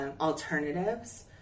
alternatives